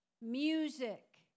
music